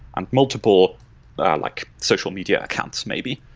and multiple like social media accounts maybe.